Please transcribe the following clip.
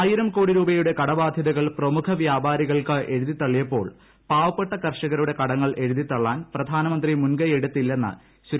ആയിരംകോടി രൂപയുടെ കടബാധ്യതകൾ പ്രമുഖ വ്യാപാരികൾക്ക് എഴുതിത്തള്ളിയപ്പോൾ പാവപ്പെട്ട കർഷകരുടെ കടങ്ങൾ എഴുതിത്തള്ളാൻ പ്രധാനമന്ത്രി മുൻകൈയ്യെടുത്തില്ലെന്ന് ശ്രീ